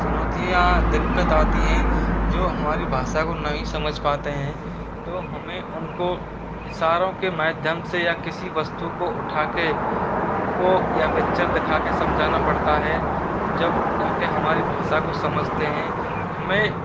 चुनौतियाँ दिक्कत आती हैं जो हमारी भाषा को नहीं समझ पाते हैं तो हमें उनको इशारों के माध्यम से या किसी वस्तु को उठाके उनको या पिक्चर दिखाके समझाना पड़ता है जब तक ये हमारी भाषा को समझते हैं हमें